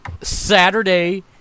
Saturday